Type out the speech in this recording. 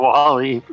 Wally